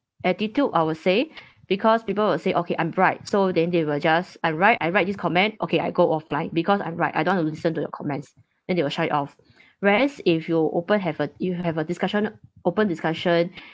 attitude I will say because people will say okay I'm right so then they will just I write I write this comment okay I go offline because I'm right I don't want to listen to your comments then they will shut it off whereas if you open have a you have a discussion open discussion